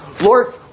Lord